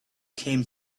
came